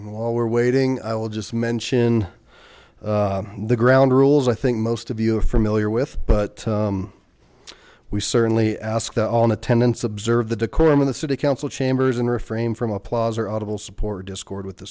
and while we're waiting i will just mention the ground rules i think most of you are familiar with but we certainly ask that all in attendance observe the decorum and the city council chambers and refrain from applause or audible support discord with the